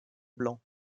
blanc